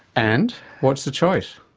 and what's the choice?